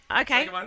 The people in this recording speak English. Okay